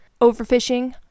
overfishing